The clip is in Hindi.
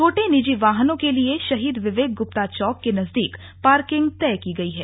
छोटे निजी वाहनों के लिए शहीद विवेक गुप्ता चौक के नजदीक पार्किंग तय की गई है